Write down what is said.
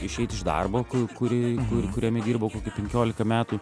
išeit iš darbo kur kurį kuriame dirbau kokį penkiolika metų